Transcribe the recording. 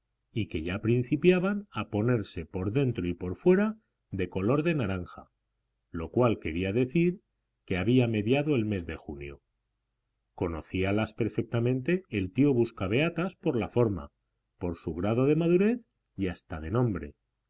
y que ya principiaban a ponerse por dentro y por fuera de color de naranja lo cual quería decir que había mediado el mes de junio conocíalas perfectamente el tío buscabeatas por la forma por su grado de madurez y hasta de nombre